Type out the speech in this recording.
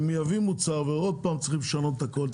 מייבאים מוצר ועוד פעם צריך לשנות את הכול,